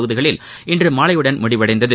தொகுதிகளில் இன்று மாலையுடன் முடிவடைந்தது